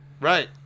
Right